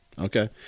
Okay